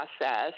process